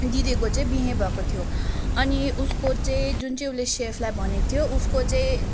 दिदीको चाहिँ बिहे भएको थियो अनि उसको चाहिँ जुन चाहिँ उसले सेफलाई भनेको थियो उसको चाहिँ